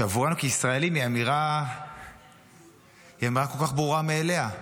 שעבורנו כישראלים היא אמירה כל כך ברורה מאליה,